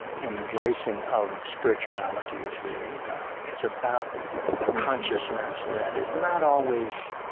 but embracing of spirituality is really about. it's about a consciousness that is not always